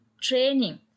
training